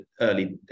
early